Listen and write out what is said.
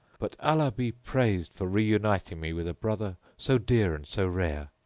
but allah be praised for reuniting me with a brother so dear and so rare!